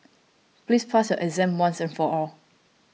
please pass your exam once and for all